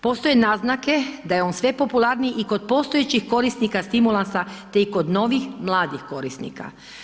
Postoje naznake da je on sve popularniji i kod postojećih korisnika stimulansa te i kod novih mladih korisnika.